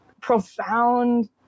profound